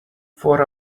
four